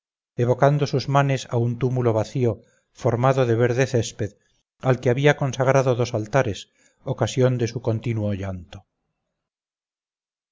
evocando sus manes a un túmulo vacío formado de verde césped al que había consagrado dos altares ocasión de su continuo llanto